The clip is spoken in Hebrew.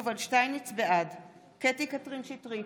בעד קטי קטרין שטרית,